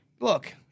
Look